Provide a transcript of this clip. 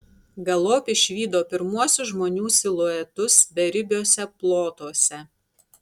galop išvydo pirmuosius žmonių siluetus beribiuose plotuose